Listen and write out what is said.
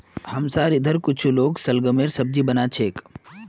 हमसार इधर कुछू लोग शलगमेर सब्जी बना छेक